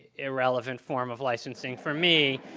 irrelevant form of licensing for me,